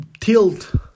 tilt